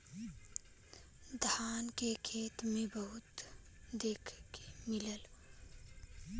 धान के खेते में बहुते देखे के मिलेला